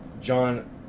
John